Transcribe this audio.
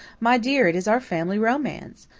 my dear, it is our family romance.